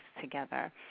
together